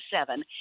seven